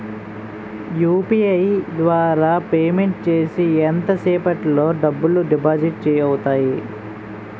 UPI ద్వారా payment చేస్తే ఎంత సేపటిలో డబ్బులు డిపాజిట్ అవుతాయి?